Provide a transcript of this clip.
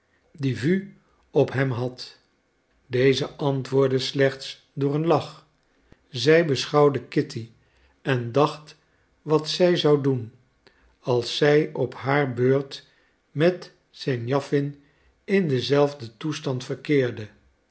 de vues op hem had deze antwoordde slechts door een lach zij beschouwde kitty en dacht wat zij zou doen als zij op haar beurt met senjawin in denzelfden toestand verkeerde